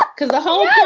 because the whole